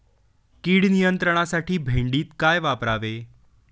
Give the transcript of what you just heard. कीड नियंत्रणासाठी भेंडीत काय वापरावे?